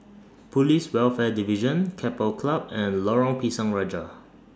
Police Welfare Division Keppel Club and Lorong Pisang Raja